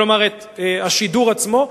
כלומר את השידור עצמו,